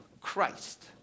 Christ